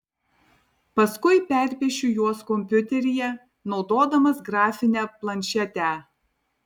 paskui perpiešiu juos kompiuteryje naudodamas grafinę planšetę